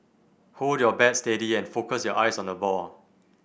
hold your bat steady and focus your eyes on the ball